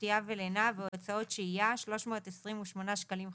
שתייה ולינה (אש"ל) והוצאות שהייה - 328 שקלים חדשים.